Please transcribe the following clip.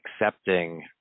accepting